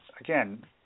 again